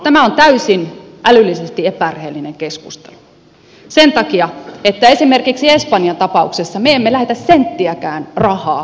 tämä on täysin älyllisesti epärehellinen keskustelu sen takia että esimerkiksi espanjan tapauksessa me emme lähetä senttiäkään rahaa suomesta espanjaan